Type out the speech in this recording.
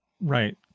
Right